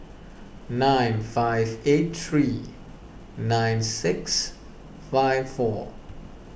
nine five eight three nine six five four